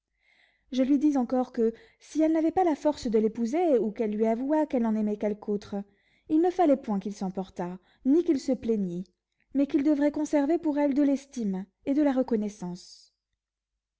je lui dis encore que si elle n'avait pas la force de l'épouser ou qu'elle lui avouât qu'elle en aimait quelque autre il ne fallait point qu'il s'emportât ni qu'il se plaignît mais qu'il devrait conserver pour elle de l'estime et de la reconnaissance